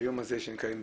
ביום הזה שנקיים דיון.